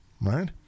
Right